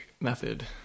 method